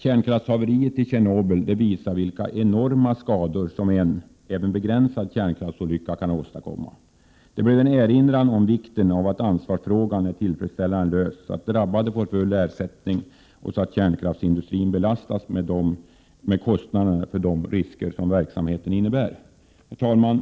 Kärnkraftshaveriet i Tjernobyl visade vilka enorma skador som en — även begränsad — kärnkraftsolycka kan åstadkomma. Det blev en erinran om vikten av att ansvarsfrågan är tillfredsställande löst så att drabbade får full ersättning och att kärnkraftsindustrin belastas med kostnaderna för de risker verksamheten innebär. Herr talman!